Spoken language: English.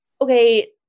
okay